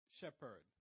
shepherd